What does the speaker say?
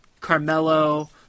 Carmelo